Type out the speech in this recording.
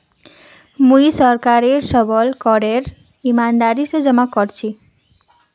मुई सरकारेर सबल करक ईमानदारी स जमा कर छी